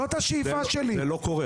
זאת השאיפה שלי.